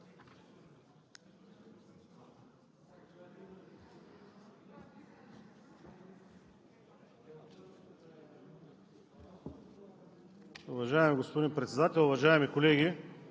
заключителния параграф ? Господин Иванов, заповядайте.